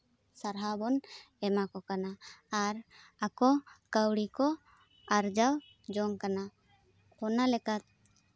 ᱥᱟᱨᱦᱟᱣ ᱵᱚᱱ ᱮᱢᱟ ᱠᱚ ᱠᱟᱱᱟ ᱟᱨ ᱟᱠᱚ ᱠᱟᱹᱣᱰᱤ ᱠᱚ ᱟᱨᱡᱟᱣ ᱡᱚᱝ ᱠᱟᱱᱟ ᱚᱱᱟ ᱞᱮᱠᱟ